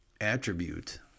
attribute